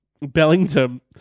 Bellingham